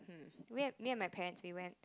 hmm me me and my parents we went